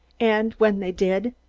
and when they did,